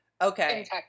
Okay